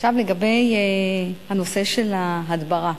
עכשיו, לגבי נושא ההדברה.